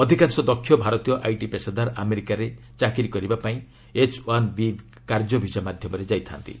ଅଧିକାଂଶ ଦକ୍ଷ ଭାରତୀୟ ଆଇଟି ପେସାଦାର ଆମେରିକାରେ ଚାକିରି କରିବାକୁ ଏଚ୍ୱାନ୍ବି କାର୍ଯ୍ୟ ବିଜା ମାଧ୍ୟମରେ ଯାଇଥାନ୍ତି